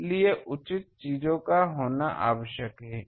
इसलिए उचित चीजों का होना आवश्यक है